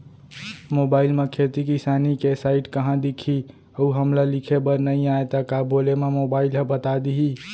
Mobile म खेती किसानी के साइट कहाँ दिखही अऊ हमला लिखेबर नई आय त का बोले म मोबाइल ह बता दिही?